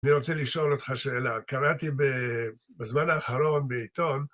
אני רוצה לשאול אותך שאלה. קראתי בזמן האחרון בעיתון...